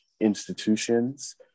institutions